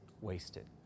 wasted